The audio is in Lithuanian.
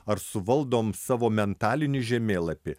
ar suvaldom savo mentalinį žemėlapį